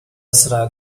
أسرع